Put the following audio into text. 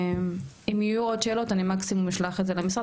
ואם יהיו עוד שאלות אני מקסימום אשלח את זה למשרד,